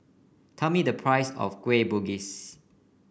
tell me the price of Kueh Bugis